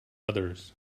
others